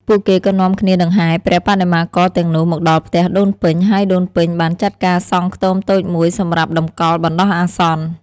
ពួកគេក៏នាំគ្នាដង្ហែព្រះបដិមាករទាំងនោះមកដល់ផ្ទះដូនពេញ ហើយដូនពេញបានចាត់ការសង់ខ្ទមតូចមួយសម្រាប់តម្កល់បណ្តោះអាសន្ន។